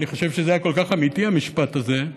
אני חושב שזה היה כל כך אמיתי המשפט הזה,